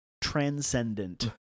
transcendent